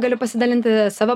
galiu pasidalinti savo